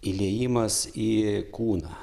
įliejimas į kūną